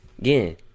again